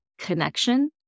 connection